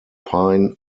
pine